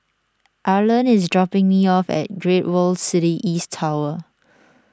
Arland is dropping me off at Great World City East Tower